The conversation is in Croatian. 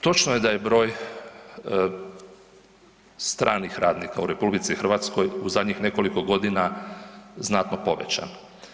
Točno je da je broj stranih radnika u RH u zadnjih nekoliko godina znatno povećan.